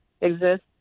exist